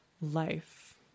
Life